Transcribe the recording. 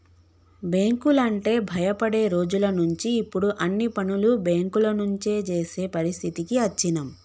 బ్యేంకులంటే భయపడే రోజులనుంచి ఇప్పుడు అన్ని పనులు బ్యేంకుల నుంచే జేసే పరిస్థితికి అచ్చినం